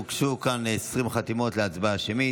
הוגשו כאן 20 חתימות להצבעה שמית.